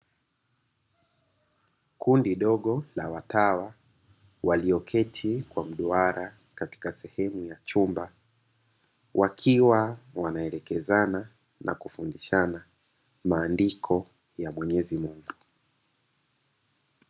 Kundi dogo la watawa walioketi kwa mduara katika sehemu ya chumba, wakiwa wanaelekezana na kufundishana maandiko ya mwenyezi Mungu.